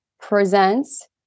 presents